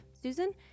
Susan